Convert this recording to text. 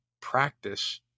practice